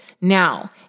Now